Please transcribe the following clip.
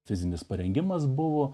fizinis parengimas buvo